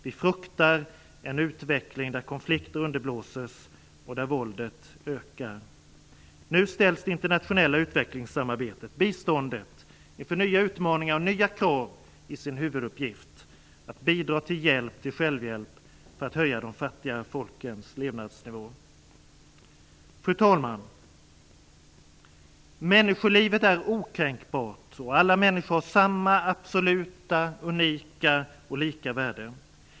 Vi fruktar en utveckling där konflikter underblåses och där våldet ökar. Nu ställs det internationella utvecklingssamarbetet - biståndet - inför nya utmaningar och nya krav i sin huvuduppgift, nämligen att bidra till hjälp till självhjälp för att höja de fattiga folkens levnadsnivå. Fru talman! Människolivet är okränkbart och alla människor har samma absoluta, unika och lika värde.